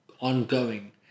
ongoing